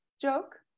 joke